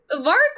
Mark